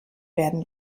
werden